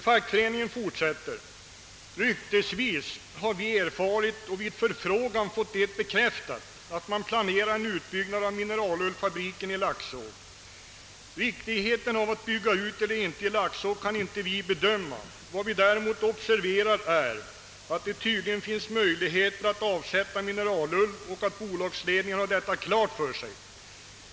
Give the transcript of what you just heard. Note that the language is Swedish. Man fortsätter: »Ryktesvis har vi erfarit och vid förfrågan fått det bekräftat att man planerar en utbyggnad av mineralullfabriken i Laxå. Riktigheten av att bygga ut eller inte i Laxå kan vi inte bedöma. Vad vi däremot observerar är att det tydligen finns möjligheter att avsätta mineralull och att bolagsledningen har detta klart för sej.